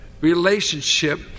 relationship